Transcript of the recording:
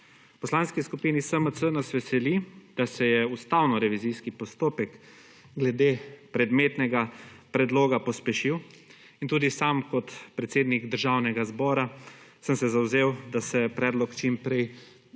Poslanski skupini SMC nas veseli, da se je ustavnorevizijski postopek glede predmetnega predloga pospešil, in tudi sam kot predsednik Državnega zbora sem se zavzel, da se predlog čim prej